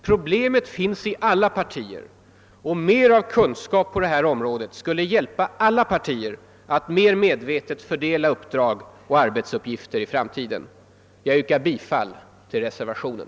Problemet finns i alla partier, och mer av kunskap på området skulle hjälpa alla partier att mer medvetet fördela uppdrag och arbetsuppgifter i framtiden. Jag yrkar bifall till reservationen.